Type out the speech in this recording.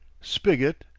spiggot,